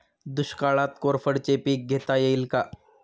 दुष्काळात कोरफडचे पीक घेता येईल का?